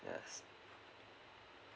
yes